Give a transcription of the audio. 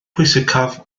pwysicaf